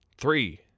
Three